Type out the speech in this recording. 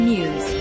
News